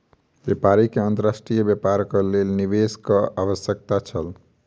व्यापारी के अंतर्राष्ट्रीय व्यापारक लेल निवेशकक आवश्यकता छल